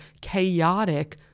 chaotic